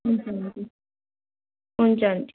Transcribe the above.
हुन्छ हुन्छ हुन्छ आन्टी